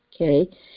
okay